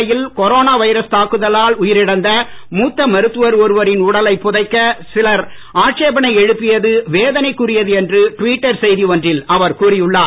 சென்னையில் corona virus தாக்குதலால் உயிரிழந்த மூத்த மருத்துவர் ஒருவரின் உடலை புதைக்க சிலர் ஆட்சேபனை எழுப்பியது வேதனைக்குரியது என்று டுவிட்டர் செய்தி ஒன்றில் அவர் கூறியுள்ளார்